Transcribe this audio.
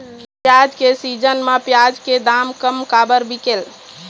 प्याज के सीजन म प्याज के दाम कम काबर बिकेल?